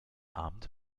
abend